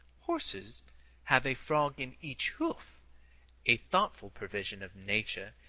horses have a frog in each hoof a thoughtful provision of nature,